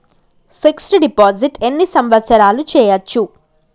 Fix డ్ deposit ఎన్ని సంవత్సరాలు చేయచ్చు?